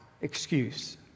excuse